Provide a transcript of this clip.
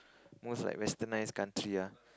most like westernised country ah